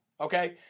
Okay